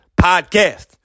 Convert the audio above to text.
Podcast